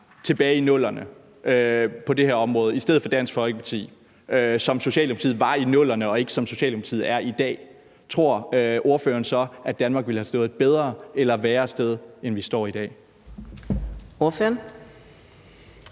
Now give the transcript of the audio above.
tilbage i 00'erne på det her område i stedet for Dansk Folkeparti, sådan som Socialdemokratiet var i 00'erne og ikke, som Socialdemokratiet er i dag, at Danmark ville have stået et bedre eller værre sted, end vi står i dag?